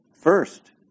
First